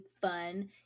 fun